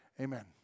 amen